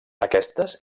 aquestes